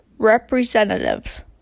representatives